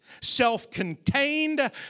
self-contained